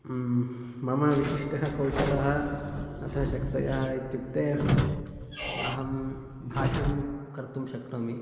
मम विशिष्ट कौशलः अथ शक्तयः इत्युक्ते अहं भाषणं कर्तुं शक्नोमि